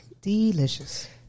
Delicious